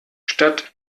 statt